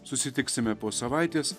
susitiksime po savaitės